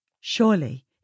Surely